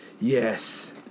yes